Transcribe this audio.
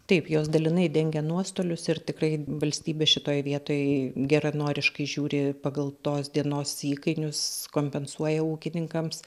taip jos dalinai dengia nuostolius ir tikrai valstybė šitoje vietoj geranoriškai žiūri pagal tos dienos įkainius kompensuoja ūkininkams